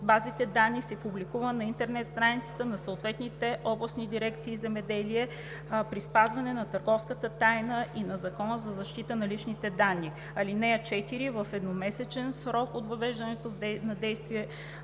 базите данни се публикува на интернет страницата на съответните областни дирекции „Земеделие“ при спазване на търговската тайна и на Закона за защита на личните данни. (4) В едномесечен срок от въвеждането в действие